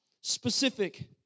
specific